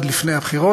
עוד לפני הבחירות,